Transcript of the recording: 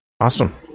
Awesome